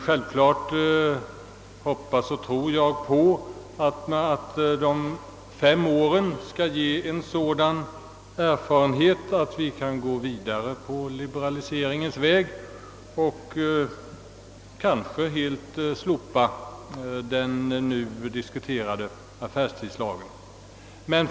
Självfallet hoppas och tror jag att de fem prövoåren skall ge sådan erfarenhet, att vi kan gå vidare på liberaliseringens väg och kanske helt slopa den nu diskuterade affärstidslagen.